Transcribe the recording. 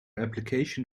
application